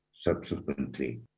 subsequently